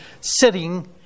sitting